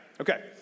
Okay